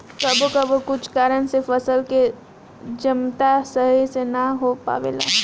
कबो कबो कुछ कारन से फसल के जमता सही से ना हो पावेला